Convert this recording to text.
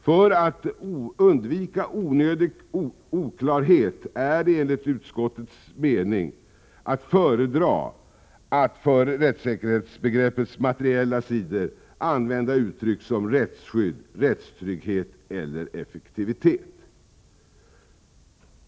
För att undvika onödig oklarhet är det enligt utskottets mening att föredra att för rättssäkerhetsbegreppets materiella sidor använda uttryck som rättsskydd, rättstrygghet eller effektivitet.